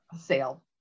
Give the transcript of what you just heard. sale